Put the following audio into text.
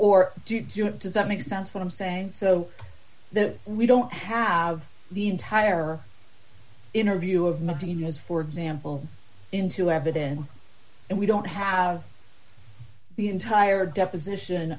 does that make sense what i'm saying so that we don't have the entire interview of medina's for example into evidence and we don't have the entire deposition